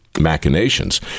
machinations